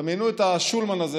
דמיינו את השולמן הזה,